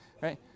right